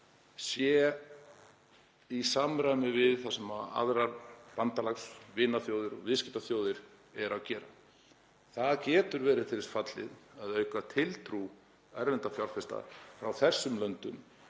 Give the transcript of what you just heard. sé í samræmi við það sem aðrar bandalags- og vinaþjóðir og viðskiptaþjóðir eru að gera. Það getur verið til þess fallið að auka tiltrú erlendra fjárfesta frá þessum löndum